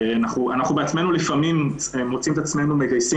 אנחנו בעצמנו לפעמים מוצאים את עצמנו מגייסים